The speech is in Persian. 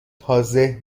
تازه